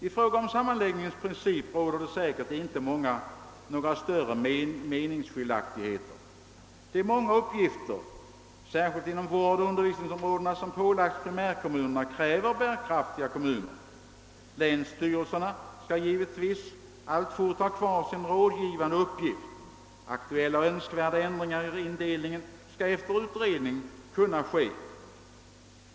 I fråga om sammanläggningens princip råder det säkert inte några större meningsskiljaktigheter. De många upp: gifter särskilt inom vårdoch undervisningsområdena som pålagts primärkommunerna kräver bärkraftiga kommuner. Länsstyrelserna skall givetvis alltfort ha kvar sin rådgivande uppgift. Aktuella och önskvärda ändringar i indelningen skall efter utredning kunna ske.